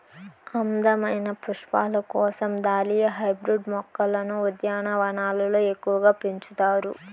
అందమైన పుష్పాల కోసం దాలియా హైబ్రిడ్ మొక్కలను ఉద్యానవనాలలో ఎక్కువగా పెంచుతారు